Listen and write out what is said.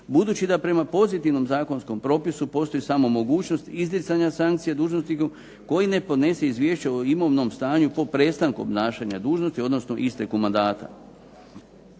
budući da prema pozitivnom zakonskom propisu postoji samo mogućnost izricanja sankcije dužnosniku koji ne podnese izvješće o imovnom stanju po prestanku obnašanja dužnosti odnosno isteku mandata.